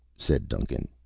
said duncan.